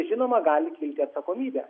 žinoma gali kilti atsakomybė